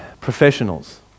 professionals